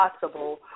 possible